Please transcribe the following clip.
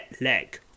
leg